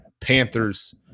Panthers